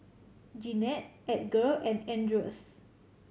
Jeanette Edgar and Andreas